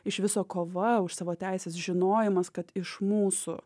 iš viso kova už savo teises žinojimas kad iš mūsų